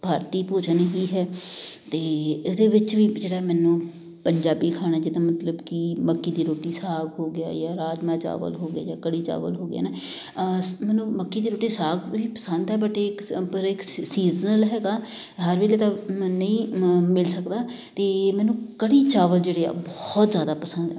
ਭਾਰਤੀ ਭੋਜਨ ਹੀ ਹੈ ਅਤੇ ਇਹਦੇ ਵਿੱਚ ਵੀ ਜਿਹੜਾ ਮੈਨੂੰ ਪੰਜਾਬੀ ਖਾਣਾ ਜਿੱਦਾਂ ਮਤਲਬ ਕਿ ਮੱਕੀ ਦੀ ਰੋਟੀ ਸਾਗ ਹੋ ਗਿਆ ਜਾਂ ਰਾਜਮਾਂਂਹ ਚਾਵਲ ਹੋ ਗਿਆ ਜਾਂ ਕੜੀ ਚਾਵਲ ਹੋ ਗਿਆ ਨਾ ਮੈਨੂੰ ਮੱਕੀ ਦੀ ਰੋਟੀ ਸਾਗ ਪਸੰਦ ਆ ਬਟ ਇਹ ਇੱਕ ਸ ਪਰ ਇੱਕ ਸੀਜ਼ਨਲ ਹੈਗਾ ਹਰ ਵੇਲੇ ਤਾਂ ਨਹੀਂ ਮ ਮਿਲ ਸਕਦਾ ਅਤੇ ਮੈਨੂੰ ਕੜੀ ਚਾਵਲ ਜਿਹੜੇ ਆ ਬਹੁਤ ਜ਼ਿਆਦਾ ਪਸੰਦ ਹੈ